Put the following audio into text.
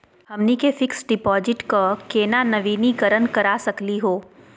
हमनी के fix deposit क केना नवीनीकरण करा सकली हो?